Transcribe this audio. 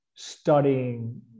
Studying